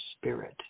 spirit